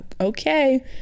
okay